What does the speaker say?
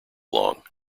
long